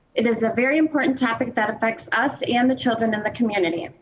it is a very important topic that affects us and the children in the community.